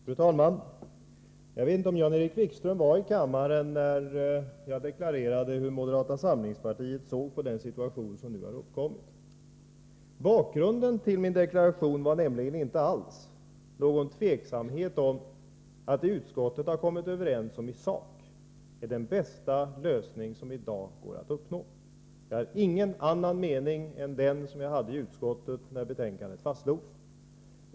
Fru talman! Jag vet inte om Jan-Erik Wikström var i kammaren när jag deklarerade hur moderata samlingspartiet såg på den situation som nu har uppkommit. Bakgrunden till min deklaration var nämligen inte alls någon tveksamhet om vad utskottet har kommit fram till i sak. Det är den bästa lösning som i dag går att uppnå. Jag har ingen annan mening än den jag hade i utskottet när betänkandet fastslogs.